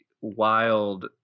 wild